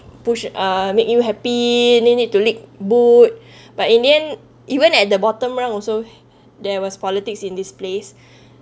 push uh make you happy not need to lick boot but in the end even at the bottom rung also there was politics in this place